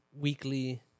weekly